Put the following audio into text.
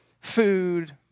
food